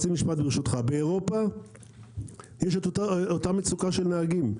באירופה יש את אותה מצוקה של נהגים.